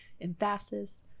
emphasis